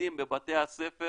התלמידים בבתי הספר